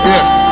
Yes